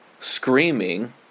Screaming